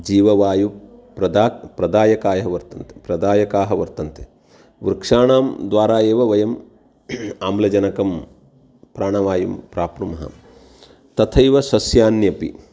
जीववायुः प्रदायकाः प्रदायकाः वर्तते प्रदायकाः वर्तन्ते वृक्षाणां द्वारा एव वयं आम्लजनकं प्राणवायुं प्राप्नुमः तथैव सस्यान्यपि